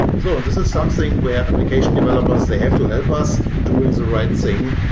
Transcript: so this is something where applications developers, they have to help us doing the right thing,